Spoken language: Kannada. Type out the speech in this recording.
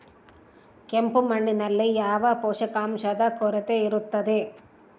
ಕೆಂಪು ಮಣ್ಣಿನಲ್ಲಿ ಯಾವ ಪೋಷಕಾಂಶದ ಕೊರತೆ ಇರುತ್ತದೆ?